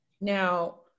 now